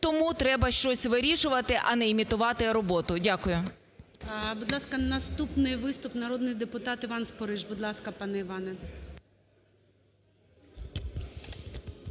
Тому треба щось вирішувати, а не імітувати роботу. Дякую. ГОЛОВУЮЧИЙ. Будь ласка, наступний виступ. Народний депутат Іван Спориш. Будь ласка, пане Іване.